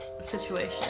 situation